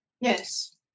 Yes